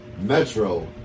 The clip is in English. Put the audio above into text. Metro